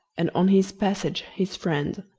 and on his passage his friend,